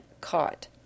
caught